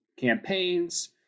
campaigns